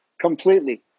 completely